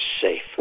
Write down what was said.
safe